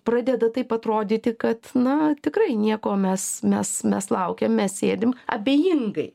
pradeda taip atrodyti kad na tikrai nieko mes mes mes laukiam sėdim abejingai